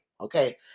okay